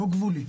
לא גבולי,